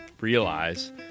realize